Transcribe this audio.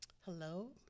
Hello